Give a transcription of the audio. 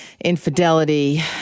infidelity